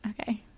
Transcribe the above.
Okay